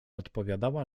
odpowiadała